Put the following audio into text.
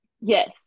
Yes